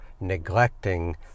neglecting